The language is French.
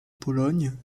pologne